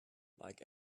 like